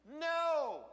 No